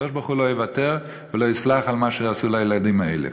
הקדוש-ברוך-הוא לא יוותר ולא יסלח על מה שעשו לילדים האלה.